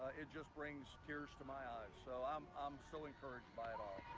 it just brings tears to my eyes, so i'm um so encouraged by it all.